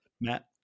Matt